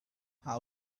how